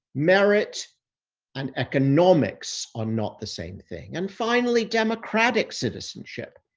merit and economics are not the same thing. and finally, democratic citizenship.